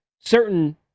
Certain